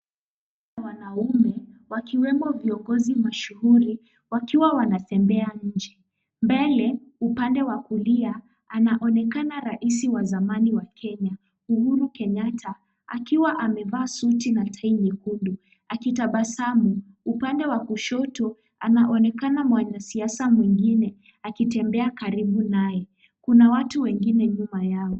Wanaume wakiwemo viongozi mashuhuri wakiwa wanatembea nje. Mbele upande wa kulia, anaonekana rais wa zamani wa Kenya , Uhuru Kenyatta akiwa amevaa suti na tai nyekundu akitabasamu. Upande wa kushoto anaonekana mwanasiasa mwengine akitembea karibu naye. Kuna watu wengine nyuma yao.